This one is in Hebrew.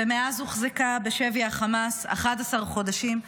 ומאז הוחזקה בשבי החמאס 11 חודשים.